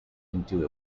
into